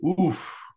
Oof